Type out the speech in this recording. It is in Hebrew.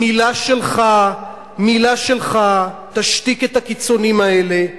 מלה שלך תשתיק את הקיצונים האלה.